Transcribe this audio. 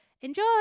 Enjoy